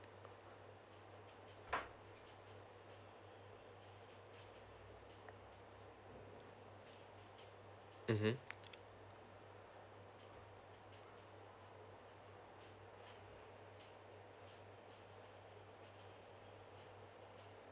mmhmm